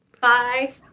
Bye